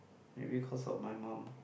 maybe cause of my mum